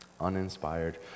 Uninspired